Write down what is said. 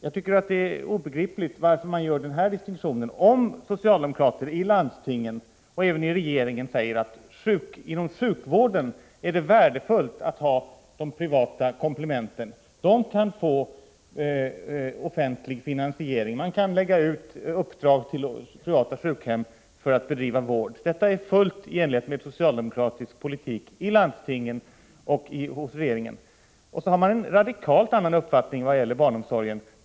Jag tycker att det är obegripligt varför man gör denna distinktion. Inom sjukvården är det värdefullt att ha de privata komplementen, säger socialdemokraterna. De kan få offentlig finansiering. Man kan lägga ut uppdrag till privata sjukhem för att bedriva vård. Detta är helt i enlighet med socialdemokratisk politik i landstingen och hos regeringen, men man har en radikalt annan uppfattning vad gäller privat barnomsorg.